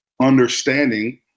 understanding